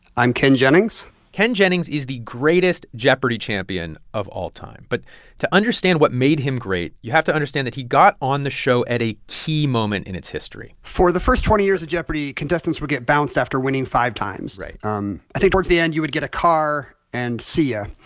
i'm ken jennings ken jennings is the greatest jeopardy! champion of all time. but to understand what made him great, you have to understand that he got on the show at a key moment in its history for the first twenty years of jeopardy! contestants would get bounced after winning five times right um i think towards the end, you would get a car, and see ya.